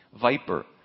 Viper